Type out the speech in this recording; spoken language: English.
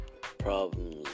problems